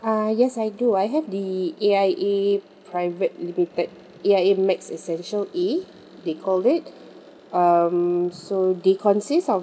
uh yes I do I have the A_I_A private limited A_I_A max essential A they called it um so they consists of